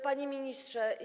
Panie Ministrze!